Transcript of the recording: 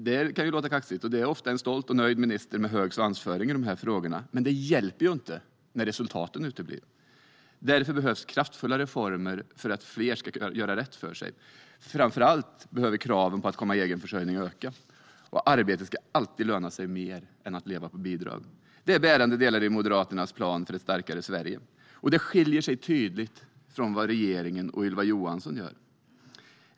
Det kan låta kaxigt, och det kommer från en ofta stolt och nöjd minister med hög svansföring i de här frågorna. Men det hjälper inte när resultaten uteblir. Därför behövs kraftfulla reformer för att fler ska kunna göra rätt för sig. Framför allt behöver kraven på att komma i egen försörjning öka, och arbete ska alltid löna sig mer än att leva på bidrag. Det är bärande delar i Moderaternas plan för ett starkare Sverige, och det skiljer sig tydligt från vad regeringen och Ylva Johansson gör.